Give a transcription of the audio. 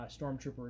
stormtroopers